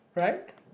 right